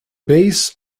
base